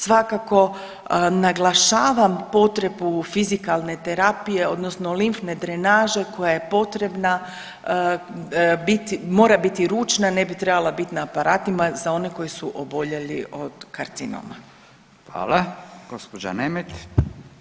Svakako naglašavam potrebu fizikalne terapije odnosno limfne drenaže koja je potrebna, mora biti ručna, ne bi trebala biti na aparatima za one koje su oboljeli od karcinoma.